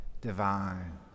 divine